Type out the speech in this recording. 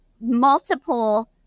multiple